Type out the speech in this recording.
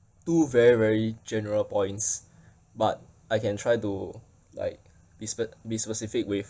two very very general points but I can try to like be spe~ be specific with